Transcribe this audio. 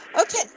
Okay